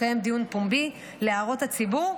לקיים דיון פומבי להערות הציבור,